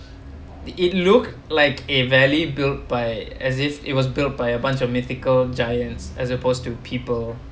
it it looked like a valley built by as if it was built by a bunch of mythical giants as opposed to people